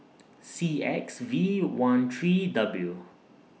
C X V one three W